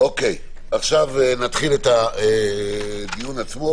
עכשיו נתחיל את הדיון עצמו